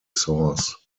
source